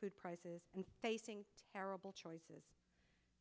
food prices and facing terrible choices